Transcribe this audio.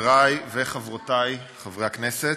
תודה, חברי וחברותי חברי הכנסת,